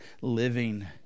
living